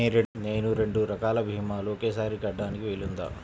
నేను రెండు రకాల భీమాలు ఒకేసారి కట్టడానికి వీలుందా?